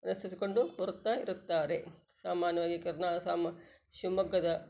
ಅನುಸರ್ಸಿಕೊಂಡು ಬರುತ್ತ ಇರುತ್ತಾರೆ ಸಾಮಾನ್ಯವಾಗಿ ಕರ್ನಾ ಸಾಮ್ ಶಿವಮೊಗ್ಗದ